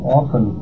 often